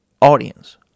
audience